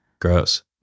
Gross